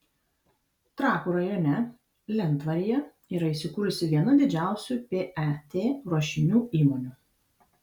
trakų rajone lentvaryje yra įsikūrusi viena didžiausių pet ruošinių įmonių